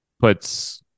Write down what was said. puts